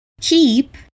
keep